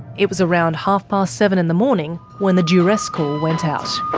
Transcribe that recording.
it was around half past seven in the morning when the duress call went out.